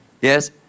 Yes